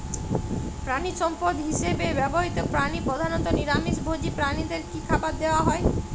প্রাণিসম্পদ হিসেবে ব্যবহৃত প্রাণী প্রধানত নিরামিষ ভোজী প্রাণীদের কী খাবার দেয়া হয়?